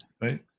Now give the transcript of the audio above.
right